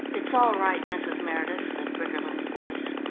it's all right, mrs. meredith, said briggerland's voice.